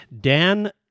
Dan